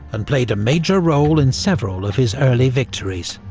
and played a major role in several of his early victories.